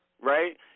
Right